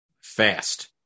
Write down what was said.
fast